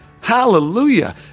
Hallelujah